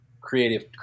creative